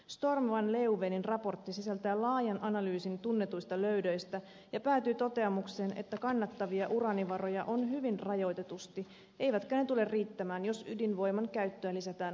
storm van leeuwenin raportti sisältää laajan analyysin tunnetuista löydöistä ja päätyy toteamukseen että kannattavia uraanivaroja on hyvin rajoitetusti eivätkä ne tule riittämään jos ydinvoiman käyttöä lisätään huomattavasti